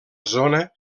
zona